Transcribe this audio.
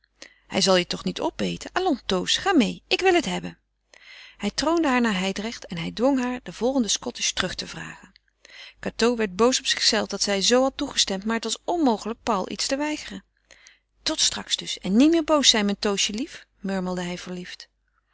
hij zal je toch niet opeten allons toos ga meê ik wil het hebben hij troonde haar naar hijdrecht en hij dwong haar den volgenden scottisch terug te vragen cateau werd boos op zichzelve dat zij zoo had toegestemd maar het was onmogelijk paul iets te weigeren tot straks dus en niet meer boos zijn mijn toosje lief murmelde hij verliefd